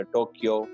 Tokyo